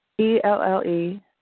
E-L-L-E